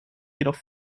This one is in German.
jedoch